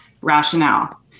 rationale